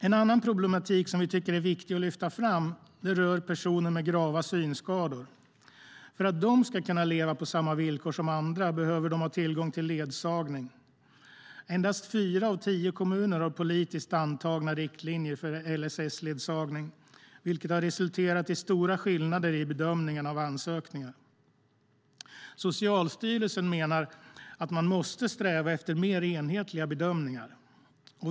En annan problematik vi tycker är viktig att lyfta fram rör personer med grava synskador. För att de ska kunna leva på samma villkor som andra behöver de ha tillgång till ledsagning. Endast fyra av tio kommuner har politiskt antagna riktlinjer för LSS-ledsagning, vilket har resulterat i stora skillnader i bedömningen av ansökningar. Socialstyrelsen menar att man måste sträva efter mer enhetliga bedömningar.